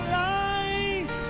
life